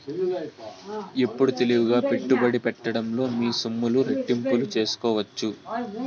ఎప్పుడు తెలివిగా పెట్టుబడి పెట్టడంలో మీ సొమ్ములు రెట్టింపు సేసుకోవచ్చు